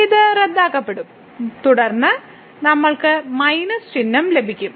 ഇത് റദ്ദാക്കപ്പെടും തുടർന്ന് നമ്മൾക്ക് മൈനസ് ചിഹ്നം ലഭിക്കും